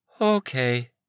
Okay